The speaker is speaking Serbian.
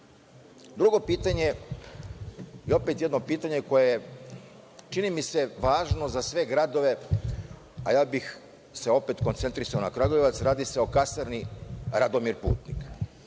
pitanje je opet pitanje koje je važno za sve gradove, a ja bih se opet koncentrisao na Kragujevac. Radi se o kasarni „Radomir Putnik“.